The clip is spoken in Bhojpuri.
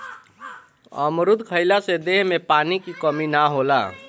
अमरुद खइला से देह में पानी के कमी ना होला